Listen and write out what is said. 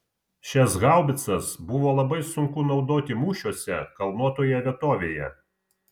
šias haubicas buvo labai sunku naudoti mūšiuose kalnuotoje vietovėje